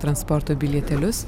transporto bilietėlius